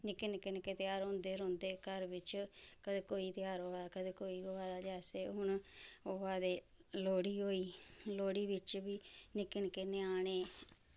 निक्के निक्के निक्के त्यहार होंदे गै रौंह्दे घर बिच्च कदें कोई त्यहार होआ दा कदें कोई होआ दा ते असें हून होआ दे लोह्ड़ी होई लोह्ड़ी बिच्च बी निक्के निक्के ञ्याणे